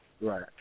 Right